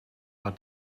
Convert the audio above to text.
our